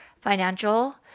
financial